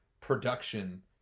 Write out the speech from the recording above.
production